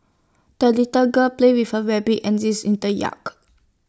the little girl played with her rabbit and geese in the yak